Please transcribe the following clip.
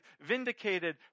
vindicated